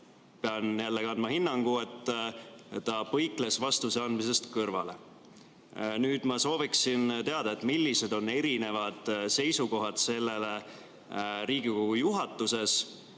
pean jällegi andma hinnangu, et ta põikles vastuse andmisest kõrvale. Ma sooviksin teada, millised on erinevad seisukohad selle kohta Riigikogu juhatuses.